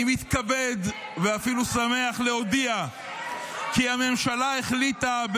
אני מתכבד ואפילו שמח להודיע כי הממשלה החליטה,